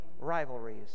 rivalries